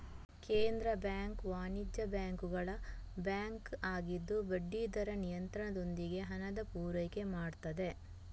ಕೇಂದ್ರ ಬ್ಯಾಂಕು ವಾಣಿಜ್ಯ ಬ್ಯಾಂಕುಗಳ ಬ್ಯಾಂಕು ಆಗಿದ್ದು ಬಡ್ಡಿ ದರ ನಿಯಂತ್ರಣದೊಂದಿಗೆ ಹಣದ ಪೂರೈಕೆ ಮಾಡ್ತದೆ